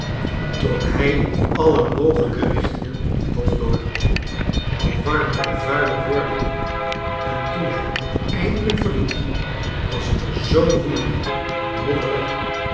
trok hij in alle mogelijke richtingen het hof door al warmer en vuiler wordende en toen hij het eindelijk verliet was het er zoo woelig en modderig